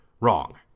wrong